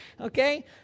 Okay